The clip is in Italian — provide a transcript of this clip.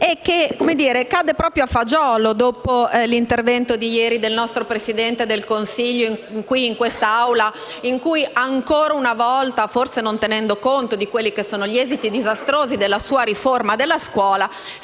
e che cade proprio a fagiolo dopo l'intervento svolto ieri dal nostro Presidente del Consiglio in questa Assemblea, in cui ancora una volta, forse non tenendo conto degli esiti disastrosi della sua riforma della scuola,